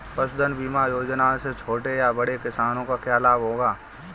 पशुधन बीमा योजना से छोटे या बड़े किसानों को क्या लाभ होगा?